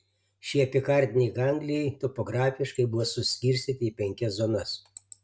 šie epikardiniai ganglijai topografiškai buvo suskirstyti į penkias zonas